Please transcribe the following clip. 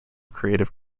creative